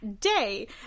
day